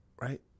right